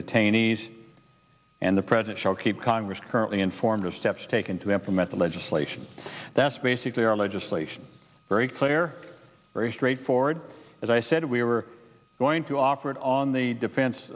detainees and the president shall keep congress currently informed of steps taken to implement the legislation that's basically our legislation very clear very straightforward as i said we were going to operate on the defen